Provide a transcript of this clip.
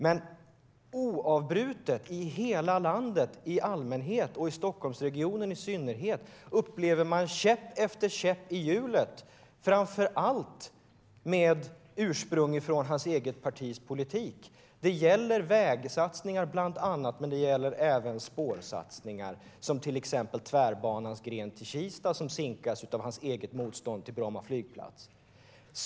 Men oavbrutet i hela landet i allmänhet och i Stockholmsregionen i synnerhet upplever man käpp efter käpp i hjulet, framför allt med ursprung i statsrådets eget partis politik. Det gäller bland annat vägsatsningar, men det gäller även spårsatsningar, till exempel tvärbanans gren till Kista, som sinkas av hans eget motstånd mot Bromma flygplats.